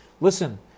Listen